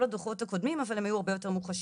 הדוחות הקודמים אבל הם היו הרבה יותר מוחשים,